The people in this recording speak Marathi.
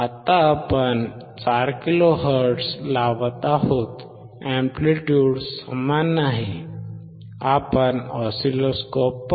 आता आपण 4 किलो हर्ट्ज लावत आहोत एंप्लिट्युड समान आहे आपण ऑसिलोस्कोप पाहू